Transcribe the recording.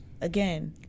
again